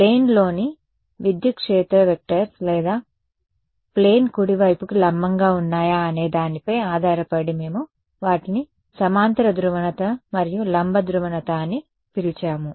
ప్లేన్లోని విద్యుత్ క్షేత్ర వెక్టర్స్ లేదా ప్లేన్ కుడివైపుకు లంబంగా ఉన్నాయా అనే దానిపై ఆధారపడి మేము వాటిని సమాంతర ధ్రువణత మరియు లంబ ధ్రువణత అని పిలిచాము